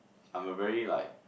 I'm a very like